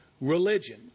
religion